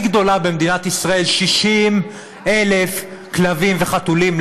גדולה במדינת ישראל: 60,000 כלבים וחתולים.